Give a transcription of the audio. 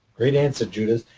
great answer, judith.